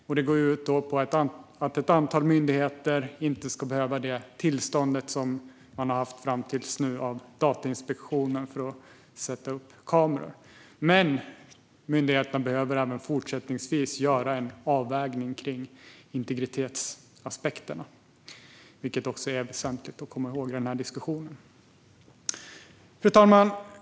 Förslaget går ut på att ett antal myndigheter inte ska behöva det tillstånd som de har behövt fram tills nu av Datainspektionen för att sätta upp kameror. Men myndigheterna behöver även fortsättningsvis göra en avvägning av integritetsaspekterna, vilket är väsentligt att komma ihåg i diskussionen. Fru talman!